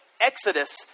exodus